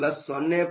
550